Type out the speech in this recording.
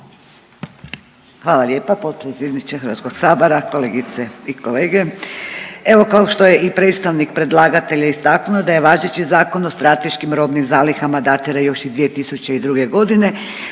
Hvala lijepa potpredsjedniče Hrvatskog sabora. Kolegice i kolege, evo kao što je i predstavnik predlagatelja istaknuo da je važeći zakon o strateškim robnim zalihama datira još iz 2002. godine